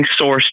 sourced